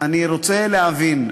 אני רוצה להבין,